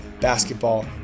basketball